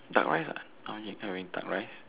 duck rice ah or you can't having duck rice